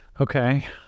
Okay